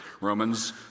Romans